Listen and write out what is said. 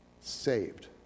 Saved